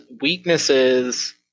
weaknesses